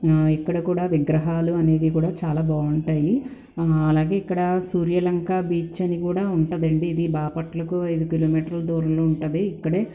ఇక్కడ కూడా విగ్రహాలు అనేవి కూడా చాలా బాగుంటాయి అలాగే ఇక్కడ సూర్యలంక బీచ్ అనేది కూడా ఉంటుందండి ఇది బాపట్లకు ఐదు కిలోమీటర్ల దూరంలో ఉంటుంది ఇక్కడే